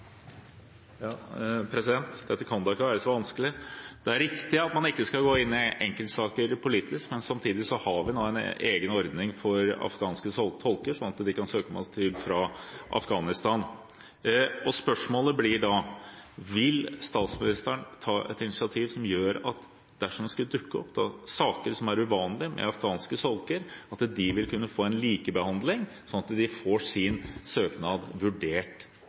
Dette kan da ikke være så vanskelig! Det er riktig at man ikke skal gå inn i enkeltsaker politisk, men samtidig har vi nå en egen ordning for afghanske tolker, slik at de kan søke om asyl fra Afghanistan. Spørsmålet er: Vil statsministeren ta et initiativ som gjør at de – dersom det skulle dukke opp saker som er uvanlige med afghanske tolker – vil kunne få en likebehandling og få sin søknad vurdert